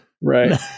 Right